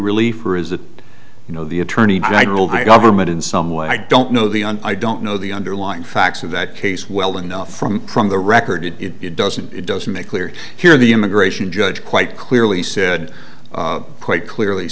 relief or is it you know the attorney general the government in some way i don't know the and i don't know the underlying facts of that case well enough from from the record and it doesn't it doesn't make clear here the immigration judge quite clearly said quite clearly